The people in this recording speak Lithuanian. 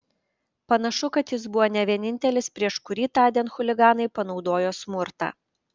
panašu kad jis buvo ne vienintelis prieš kurį tądien chuliganai panaudojo smurtą